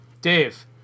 Dave